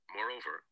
Moreover